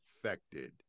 affected